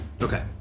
Okay